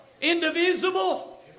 Indivisible